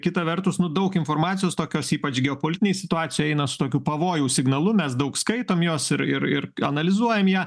kita vertus nu daug informacijos tokios ypač geopolitinėj situacijoj eina su tokiu pavojaus signalu mes daug skaitom jos ir ir ir analizuojam ją